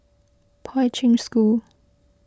Poi Ching School